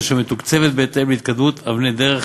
אשר מתוקצבת בהתאם להתקדמות אבני הדרך